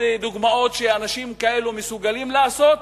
דוגמאות לדברים שאנשים כאלו מסוגלים לעשות,